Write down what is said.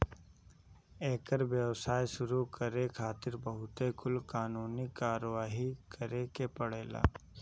एकर व्यवसाय शुरू करे खातिर बहुत कुल कानूनी कारवाही करे के पड़ेला